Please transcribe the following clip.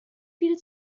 viel